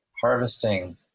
harvesting